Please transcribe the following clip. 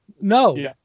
no